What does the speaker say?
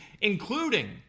including